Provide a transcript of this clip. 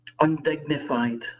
undignified